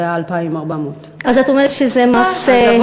זה היה 2,400. אז את אומרת שזה מס הגיוני.